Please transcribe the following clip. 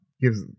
gives